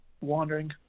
wandering